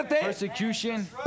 persecution